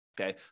Okay